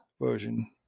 version